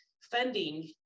Funding